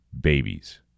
babies